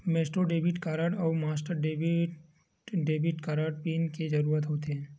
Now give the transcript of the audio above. Maestro debit card अउ master debit म debit card PIN के जरूरत होथे